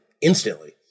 instantly